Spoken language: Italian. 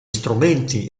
strumenti